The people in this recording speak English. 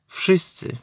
wszyscy